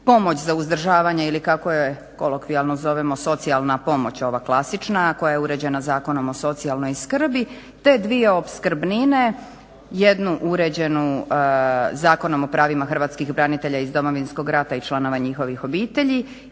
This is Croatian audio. pomoć za uzdržavanje ili kako je kolokvijalno zovemo socijalna pomoć ova klasična, a koja je uređena Zakonom o socijalnoj skrbi te dvije opskrbnine. Jednu uređenu Zakonom o pravima hrvatskih branitelja iz Domovinskog rata i članova njihovih obitelji